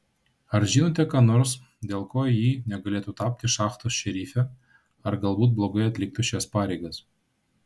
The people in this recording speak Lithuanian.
ar žinote ką nors dėl ko ji negalėtų tapti šachtos šerife ar galbūt blogai atliktų šias pareigas